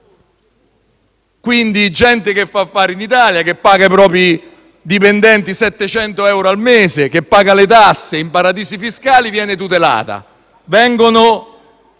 quindi gente che fa affari in Italia, che paga i propri dipendenti 700 euro al mese e che paga le tasse in paradisi fiscali viene tutelata; vengono